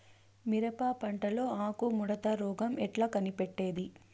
మిరప పంటలో ఆకు ముడత రోగం ఎట్లా కనిపెట్టేది?